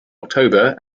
october